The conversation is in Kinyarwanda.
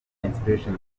inspiration